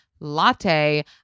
latte